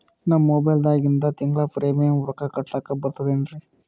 ನಮ್ಮ ಮೊಬೈಲದಾಗಿಂದ ತಿಂಗಳ ಪ್ರೀಮಿಯಂ ರೊಕ್ಕ ಕಟ್ಲಕ್ಕ ಬರ್ತದೇನ್ರಿ?